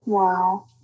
Wow